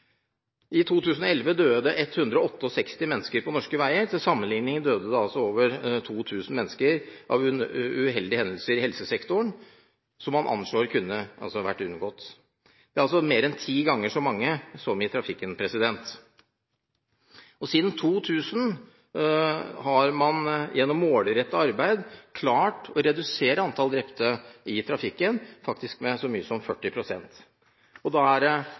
I 2011 døde 168 mennesker på norske veier. Til sammenligning døde over 2 000 mennesker av uheldige hendelser i helsesektoren – som man anslår kunne vært unngått. Det er altså mer enn ti ganger så mange som i trafikken. Siden 2000 har man gjennom målrettet arbeid klart å redusere antallet drepte i trafikken med nesten 40 pst. Da er